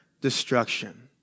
destruction